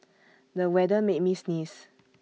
the weather made me sneeze